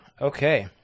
Okay